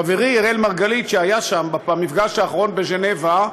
חברי אראל מרגלית, שהיה שם במפגש האחרון בז'נבה,